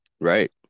Right